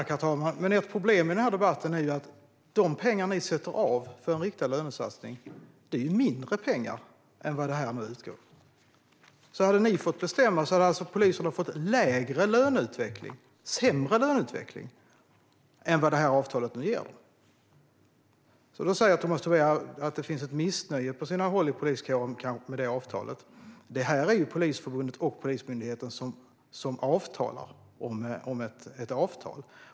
Herr talman! Ett problem i debatten är att de pengar ni sätter av för en riktad lönesatsning är mindre pengar än vad som nu utgår. Om ni hade fått bestämma hade alltså poliserna fått en sämre löneutveckling än vad detta avtal ger. Tomas Tobé säger att det finns ett missnöje på sina håll i poliskåren med avtalet. Det är Polisförbundet och Polismyndigheten som förhandlar om ett avtal.